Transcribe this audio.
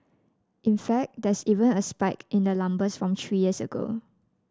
in fact there's even a spike in the numbers from three years ago